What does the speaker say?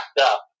up